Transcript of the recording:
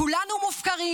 כולנו מופקרים.